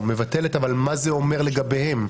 אבל מה זה אומר לגביהם?